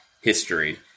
history